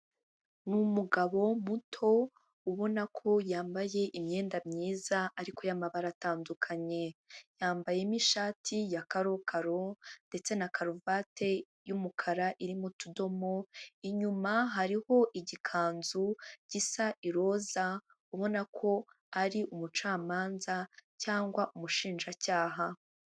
Ni umugabo muto ubona ko yambaye imyenda myiza ariko y'amabara atandukanye, yambayemo ishati ya karokaro ndetse na karuvati y'umukara irimo utudomo inyuma hariho igikanzu gisa iroza ubonako ari umucamanza cyangwa umushinjacyaha.